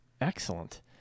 Excellent